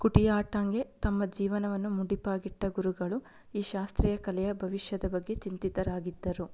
ಕುಟಿಯಾಟ್ಟಂಗೆ ತಮ್ಮ ಜೀವನವನ್ನು ಮುಡಿಪಾಗಿಟ್ಟ ಗುರುಗಳು ಈ ಶಾಸ್ತ್ರೀಯ ಕಲೆಯ ಭವಿಷ್ಯದ ಬಗ್ಗೆ ಚಿಂತಿತರಾಗಿದ್ದರು